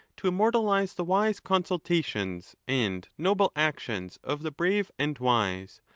to immortalize the wise consultations and noble actions of the brave and wise,